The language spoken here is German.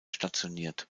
stationiert